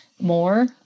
more